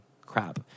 crap